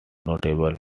notable